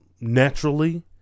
naturally